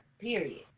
period